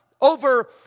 over